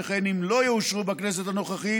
שכן אם לא יאושרו בכנסת הנוכחית